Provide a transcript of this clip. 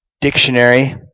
dictionary